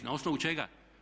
Na osnovu čega?